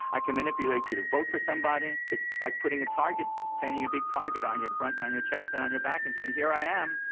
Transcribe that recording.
i can manipulate you to vote for somebody. it's like putting a target. painting a big target on your front and on your chest and on your back, and saying, here i am.